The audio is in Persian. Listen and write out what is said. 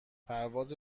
پرواز